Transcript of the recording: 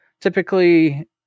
typically